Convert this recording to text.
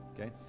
okay